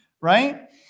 right